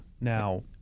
now